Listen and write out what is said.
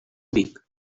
dic